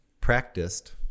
practiced